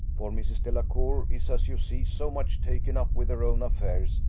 for mrs. delacour is, as you see, so much taken up with her own affairs,